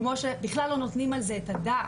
כמו שבכלל לא נותנים על זה את הדעת,